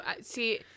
see